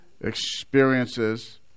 experiences